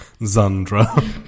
Zandra